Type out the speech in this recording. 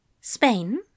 Spain